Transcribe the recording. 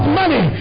money